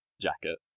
jacket